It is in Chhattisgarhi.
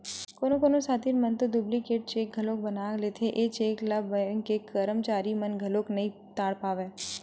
कोनो कोनो सातिर मन तो डुप्लीकेट चेक घलोक बना लेथे, ए चेक ल बेंक के करमचारी मन घलो नइ ताड़ पावय